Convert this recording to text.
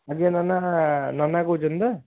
ଆଜ୍ଞା ନନା ନନା କହୁଛନ୍ତି ତ